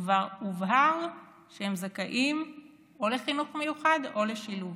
שכבר הובהר שהם זכאים לחינוך מיוחד או לשילוב.